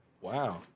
Wow